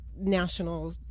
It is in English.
national